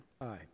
aye